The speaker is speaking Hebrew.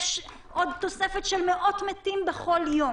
יש תוספת של מאות מתים בכל יום